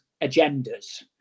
agendas